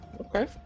Okay